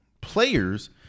players